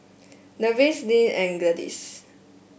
Nevin Lynne and Gladis